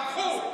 ברחו.